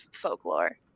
folklore